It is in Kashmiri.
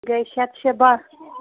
گٔے شیٚے تہٕ شیٚے باہ